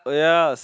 oh ya